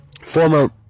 Former